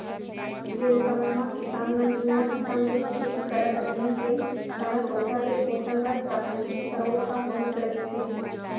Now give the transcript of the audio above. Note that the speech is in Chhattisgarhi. जेन समे म किसान मन जुन्ना किसम ले खेती करत रहिन तेन समय पउधा के पोसन बर प्राकृतिक सरोत ह बहुत रहिस हे